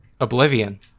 oblivion